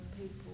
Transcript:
people